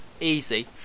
Easy